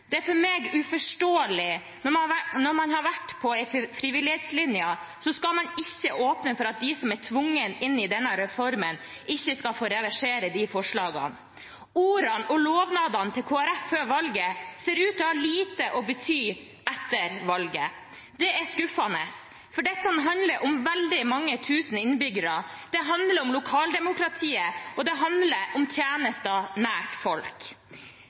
Det er for meg uforståelig at når man har vært for frivillighetslinja, skal man ikke åpne for at de som er tvunget inn i denne reformen, skal få reversere de forslagene. Ordene og lovnadene til Kristelig Folkeparti før valget ser ut til å ha lite å bety etter valget. Det er skuffende, for dette handler om veldig mange tusen innbyggere. Det handler om lokaldemokratiet, og det handler om tjenester nær folk.